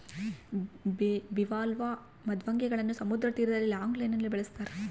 bivalve ಮೃದ್ವಂಗಿಗಳನ್ನು ಸಮುದ್ರ ತೀರದಲ್ಲಿ ಲಾಂಗ್ ಲೈನ್ ನಲ್ಲಿ ಬೆಳಸ್ತರ